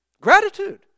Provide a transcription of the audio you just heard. Gratitude